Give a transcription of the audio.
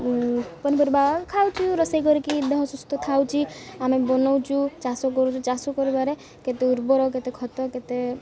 ପନିପରିବା ଖାଉଛୁ ରୋଷେଇ କରିକି ଦେହ ସୁସ୍ଥ ଥାଉଛି ଆମେ ବନଉଛୁ ଚାଷ କରୁଛୁ ଚାଷ କରିବାରେ କେତେ ଉର୍ବର କେତେ ଖତ କେତେ